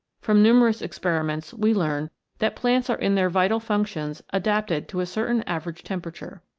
from numerous experiments we learn that plants are in their vital functions adapted to a certain average tempera ture.